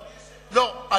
לא.